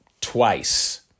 twice